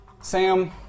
Sam